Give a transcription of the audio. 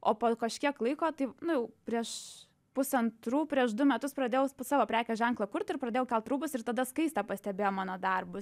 o po kažkiek laiko taip nu jau prieš pusantrų prieš du metus pradėjau savo prekės ženklą kurt ir pradėjau kelt rūbus ir tada skaistė pastebėjo mano darbus